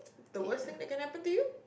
the worst thing that can happen to you